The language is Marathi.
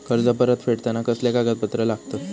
कर्ज परत फेडताना कसले कागदपत्र लागतत?